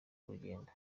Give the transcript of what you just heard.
urugendo